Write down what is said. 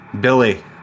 Billy